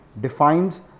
defines